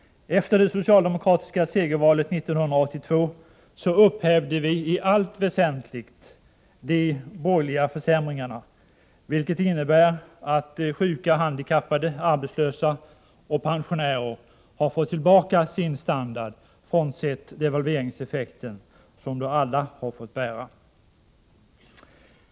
Efter det socialdemokratiska segervalet 1982 upphävde vi i allt väsentligt de borgerliga försämringarna, vilket innebär att sjuka, handikappade, arbetslösa och pensionärer har fått tillbaka sin standard, frånsett devalveringseffekten som alla har fått bära.